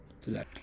today